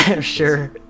Sure